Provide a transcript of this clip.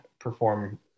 perform